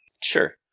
Sure